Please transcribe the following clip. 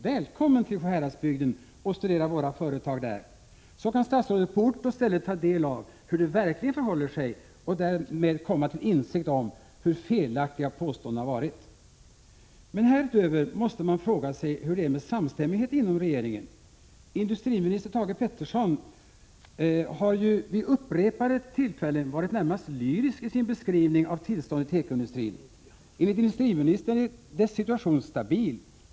Välkommen till Sjuhäradsbygden och studera våra företag där, så kan statsrådet på ort och ställe ta del av hur det verkligen förhåller sig och därmed komma till insikt om hur felaktiga dessa påståenden är. Härutöver måste man emellertid fråga sig hur det är med samstämmigheten inom regeringen. Industriminister Thage Peterson har ju vid upprepade tillfällen varit närmast lyrisk i sin beskrivning av tillståndet i tekoindustrin. Enligt industriministern är dess situation stabil.